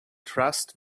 trust